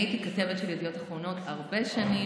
אני הייתי כתבת של ידיעות אחרונות הרבה שנים,